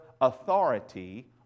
authority